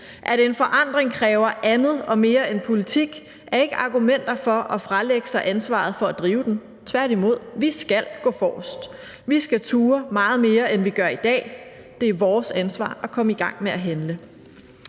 At en forandring kræver andet og mere end politik, er ikke et argument for at fralægge sig ansvaret for at drive den – tværtimod. Vi skal gå forrest. Vi skal turde meget mere, end vi gør i dag; det er vores ansvar at komme i gang med at handle.